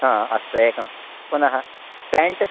आम् अस्तु एकं पुनः प्याण्ट्